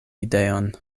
ideon